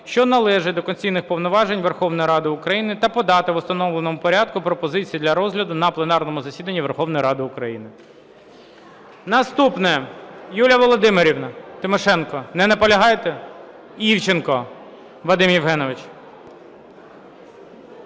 що належать до конституційних повноважень Верховної Ради України та подати в установленому порядку пропозиції для розгляду на пленарному засіданні Верховної Ради України. Наступне. Юлія Володимирівна Тимошенко, не наполягаєте? Івченко Вадим Євгенович,